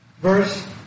verse